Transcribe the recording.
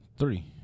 three